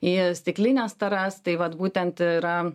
į stiklines taras tai vat būtent yra